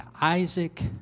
Isaac